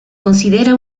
considera